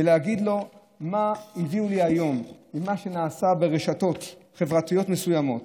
להגיד לו מה הביאו לי היום ממה שנעשה ברשתות חברתיות מסוימות,